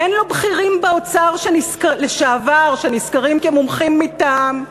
אין לו בכירים באוצר לשעבר שנשכרים כמומחים מטעם.